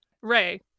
Ray